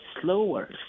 slower